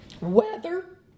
weather